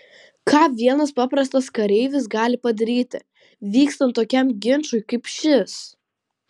ką vienas paprastas kareivis gali padaryti vykstant tokiam ginčui kaip šis